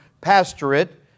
pastorate